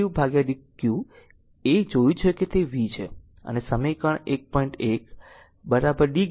અને dwdq એ જોયું છે કે તે V છે અને સમીકરણ 1